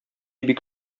бик